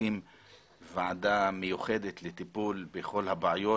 להקים ועדה מיוחדת לטיפול בכל הבעיות.